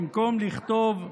במקום לכתוב: